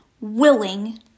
willing